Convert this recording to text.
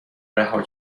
رها